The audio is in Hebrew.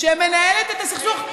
שמנהלת את הסכסוך.